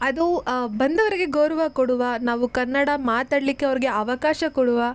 ಅದು ಬಂದವರಿಗೆ ಗೌರವ ಕೊಡುವ ನಾವು ಕನ್ನಡ ಮಾತಾಡಲಿಕ್ಕೆ ಅವರಿಗೆ ಅವಕಾಶ ಕೊಡುವ